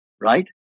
right